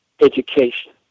education